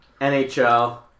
NHL